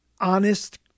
honest